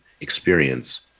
experience